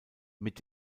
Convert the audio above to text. mit